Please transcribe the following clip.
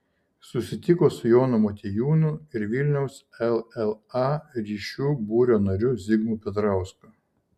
susitiko su jonu motiejūnu ir vilniaus lla ryšių būrio nariu zigmu petrausku